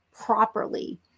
properly